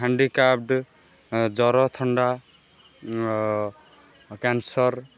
ହାଣ୍ଡିକାପଡ଼୍ ଜର ଥଣ୍ଡା କ୍ୟାନସର୍